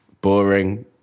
boring